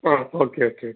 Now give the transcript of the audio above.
ആ okay okay okay